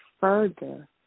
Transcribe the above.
further